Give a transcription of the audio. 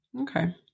Okay